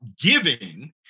giving